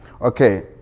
Okay